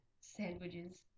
Sandwiches